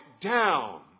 down